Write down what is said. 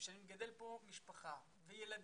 זה שאני מגדל כאן משפחה וילדים,